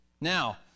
Now